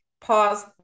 pause